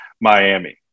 Miami